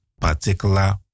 particular